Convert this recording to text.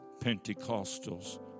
Pentecostals